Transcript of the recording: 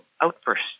outburst